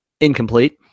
incomplete